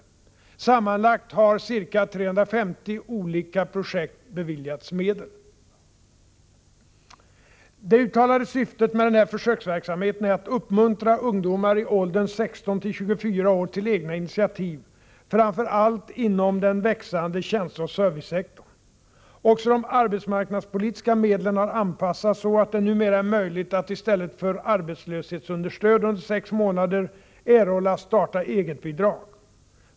Sammanlagt har ca 350 olika projekt beviljats medel. Det uttalade syftet med den här försöksverksamheten är att uppmuntra tjänsteoch servicesektorn. Också de arbetsmarknadspolitiska medlen har ' Tisdagen den anpassats så att det numera är möjligt att i stället för arbetslöshetsunderstöd 21 maj 1985 under sex månader erhålla starta-eget-bidrag.